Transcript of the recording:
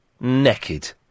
naked